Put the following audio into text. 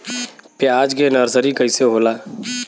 प्याज के नर्सरी कइसे होला?